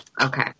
Okay